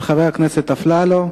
של חבר הכנסת אלי אפללו.